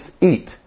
eat